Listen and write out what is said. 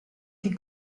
die